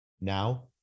Now